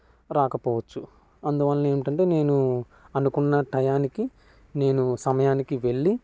రాకపోవచ్చు అందువలన ఏమిటంటే నేను అనుకున్న టయానికి నేను సమయానికి వెళ్ళి